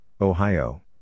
Ohio